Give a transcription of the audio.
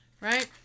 right